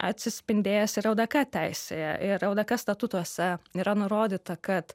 atsispindėjęs ir ldk teisėje ir ldk statutuose yra nurodyta kad